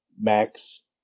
Max